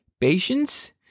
Patience